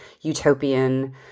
utopian